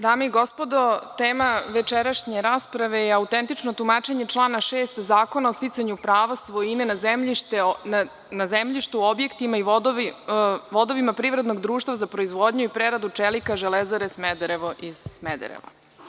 Dame i gospodo, tema večerašnje rasprave je autentično tumačenje člana 6. Zakona o sticanju prava svojine na zemljištu u objektima i vodovima privrednog društva za proizvodnju i preradu čelika „Železare Smederevo“ iz Smedereva.